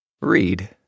read